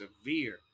severe